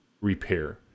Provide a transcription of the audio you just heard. repair